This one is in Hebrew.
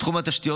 בתחום התשתיות,